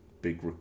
big